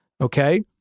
okay